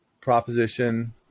proposition